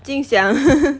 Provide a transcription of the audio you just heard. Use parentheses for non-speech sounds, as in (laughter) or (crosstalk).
jing xiang (laughs)